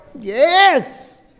Yes